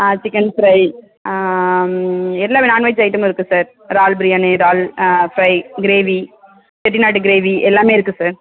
ஆ chicken fry எல்லா non veg ஐட்டமும் இருக்கு சார் இறால் பிரியாணி இறால் ஃபிரை கிரேவி செட்டிநாடு கிரேவி எல்லாமே இருக்கு சார்